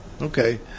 Okay